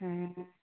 हॅं